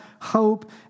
hope